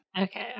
okay